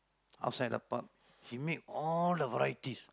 outside the pub he made all the varieties